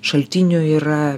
šaltinių yra